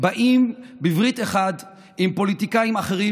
באים בברית אחת עם פוליטיקאים אחרים,